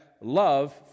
love